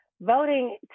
Voting